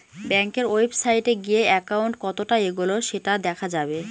ব্যাঙ্কের ওয়েবসাইটে গিয়ে একাউন্ট কতটা এগোলো সেটা দেখা যাবে